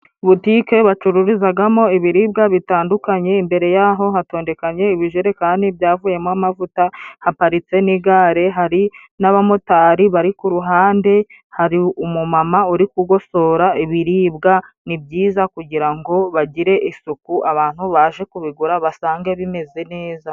Butike bacururizagamo ibiribwa bitandukanye imbere y'aho hatondekanye ibijerekani byavuyemo amavuta ,haparitse n'igare hari n'abamotari bari ku ruhande ,hari umumama uri kugosora ibiribwa ni byiza kugira ngo bagire isuku abantu babashe kubigura basange bimeze neza.